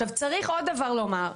צריך עוד דבר אחד לומר.